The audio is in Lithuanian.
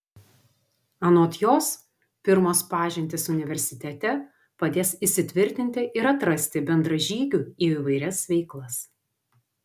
anot jos pirmos pažintys universitete padės įsitvirtinti ir atrasti bendražygių į įvairias veiklas